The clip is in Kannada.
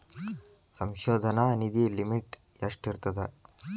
ಸಂಶೋಧನಾ ನಿಧಿ ಲಿಮಿಟ್ ಎಷ್ಟಿರ್ಥದ